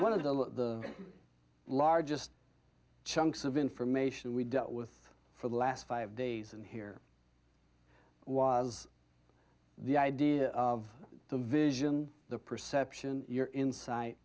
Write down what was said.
one of the largest chunks of information we dealt with for the last five days and here was the idea of the vision the perception your in